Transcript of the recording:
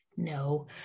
No